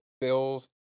Bills